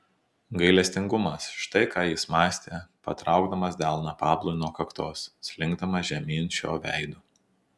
gailestingumas štai ką jis mąstė patraukdamas delną pablui nuo kaktos slinkdamas žemyn šio veidu